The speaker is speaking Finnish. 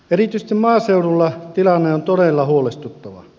erityisesti maaseudulla tilanne on todella huolestuttava